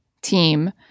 team